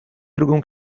drugą